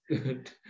good